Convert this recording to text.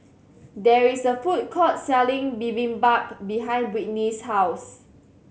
there is a food court selling Bibimbap behind Britney's house